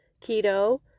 keto